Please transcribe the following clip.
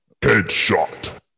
Headshot